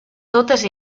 totes